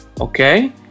Okay